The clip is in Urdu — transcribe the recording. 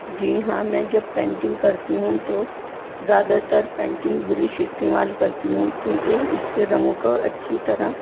جی ہاں میں جب پینٹنگ کرتی ہوں تو زیادہ تر پینٹنگ برش استعمال کرتی ہوں کیونکہ اس سے رنگوں کو اچھی طرح